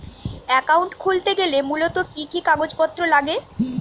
Account খুলতে গেলে মূলত কি কি কাগজপত্র লাগে?